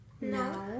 No